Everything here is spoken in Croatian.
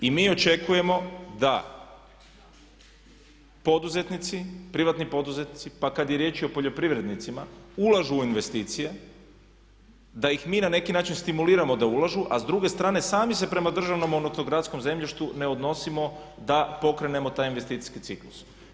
I mi očekujemo da poduzetnici, privatni poduzetnici, pa kad je riječ i o poljoprivrednicima ulažu u investicije, da ih mi na neki način stimuliramo da ulažu a s druge strane sami se prema državnom monotogradskom zemljištu ne odnosimo da pokrenemo taj investicijski ciklus.